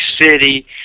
City